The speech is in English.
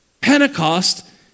Pentecost